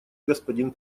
господин